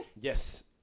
Yes